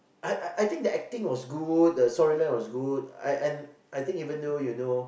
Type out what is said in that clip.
I I I think the acting was good the storyline was good and and I think even though you know